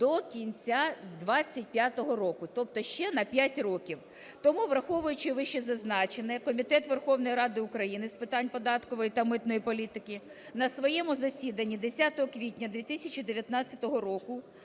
до кінця 2025 року, тобто ще на 5 років. Тому, враховуючи вищезазначене, Комітет Верховної Ради України з питань податкової та митної політики на своєму засіданні 10 квітня 2019 року